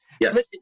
Yes